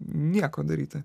nieko daryti